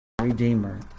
Redeemer